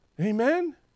Amen